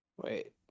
Wait